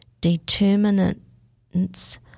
determinants